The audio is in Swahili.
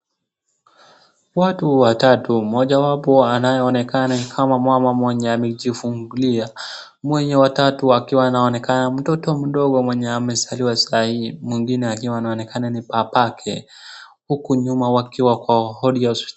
Watu watatu mmojawapo anayeonekana kamaa mama mwenye amejifungulia. Mwenye watatu akiwa anaonekana mtoto mdogo mwenye amezaliwa sahii mwingine akiwa anaonekaana ni babake. Huku nyuma wakiwa kwa wodi ya hospitali.